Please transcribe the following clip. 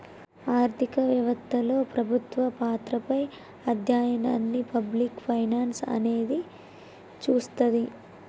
ఆర్థిక వెవత్తలో ప్రభుత్వ పాత్రపై అధ్యయనాన్ని పబ్లిక్ ఫైనాన్స్ అనేది చూస్తది